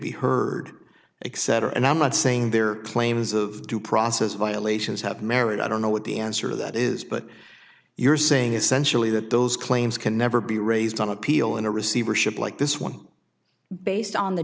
be heard except her and i'm not saying their claims of due process violations have merit i don't know what the answer to that is but you're saying essentially that those claims can never be raised on appeal in a receivership like this one based on the